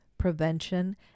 prevention